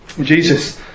Jesus